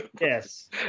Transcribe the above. Yes